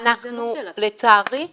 לצערי אנחנו